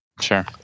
Sure